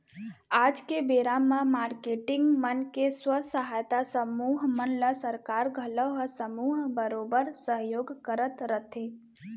आज के बेरा म मारकेटिंग मन के स्व सहायता समूह मन ल सरकार घलौ ह समूह बरोबर सहयोग करत रथे